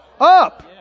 Up